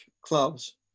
clubs